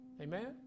Amen